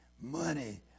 Money